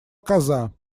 коза